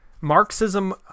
Marxism